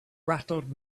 rattled